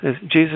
Jesus